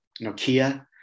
Nokia